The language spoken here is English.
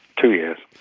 two years.